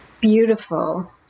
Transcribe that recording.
Beautiful